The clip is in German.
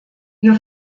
wir